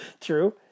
True